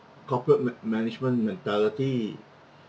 corporate ma~ management mentality